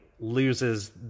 loses